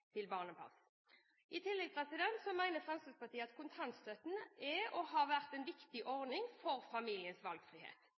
I tillegg mener Fremskrittspartiet at kontantstøtten er og har vært en viktig